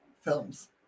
films